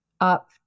up